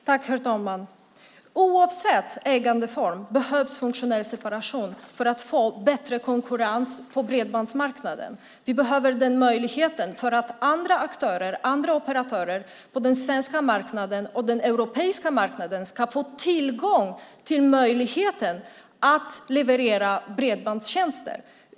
Herr talman! Oavsett ägandeform behövs funktionell separation för att få bättre konkurrens på bredbandsmarknaden. Vi behöver den möjligheten för att andra aktörer, andra operatörer, på den svenska marknaden och den europeiska marknaden ska få tillgång till möjligheten att leverera bredbandstjänster.